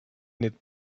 n’êtes